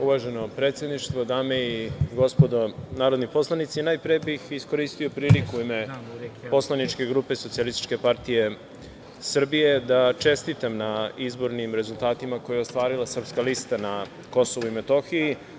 Uvaženo predsedništvo, dame i gospodo narodni poslanici, najpre bih iskoristio priliku u ime poslaničke grupe SPS da čestitam na izbornim rezultatima koje je ostvarila Srpska lista na Kosovu i Metohiji.